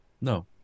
No